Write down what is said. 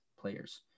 players